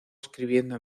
escribiendo